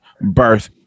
birth